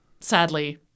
sadly